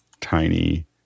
tiny